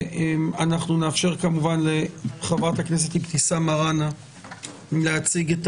ונאפשר כמובן לחברת הכנסת אבתיסאם מראענה להציג את